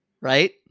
Right